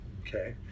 okay